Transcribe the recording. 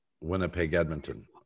Winnipeg-Edmonton